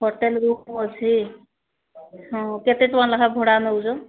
hotel book ଅଛି ହଁ କେତେ ଟଙ୍କା ଲେଖାଁ ଭଡ଼ା ନେଉଛ